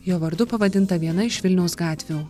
jo vardu pavadinta viena iš vilniaus gatvių